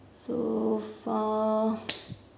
so far